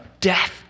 death